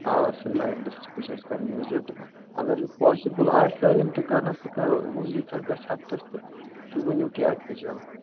آ Srinagar district تہِ چھِ اَسہِ کَرُن وِزِٹ اگر پاسِبٕل آسہِ سٲلِم تہِ کرنَس تہٕ کَرو وۄنۍ ییٖژاہ گَژھِ ہَفتَس تہٕ تُہۍ ؤنِو کیٛاہ ڈِسجَن